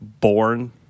born